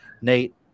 Nate